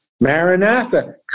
Maranatha